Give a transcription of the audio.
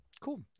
Cool